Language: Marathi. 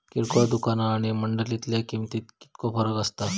किरकोळ दुकाना आणि मंडळीतल्या किमतीत कितको फरक असता?